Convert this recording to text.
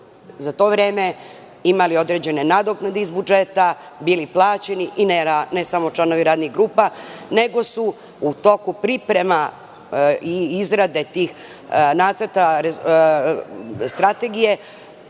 za to vreme imali određene nadoknade iz budžeta, bili plaćeni ne samo članovi radnih grupa, nego su u toku priprema i izrade tih nacrta Strategije